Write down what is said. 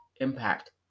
impact